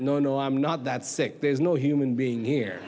no no i'm not that sick there's no human being